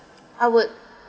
I would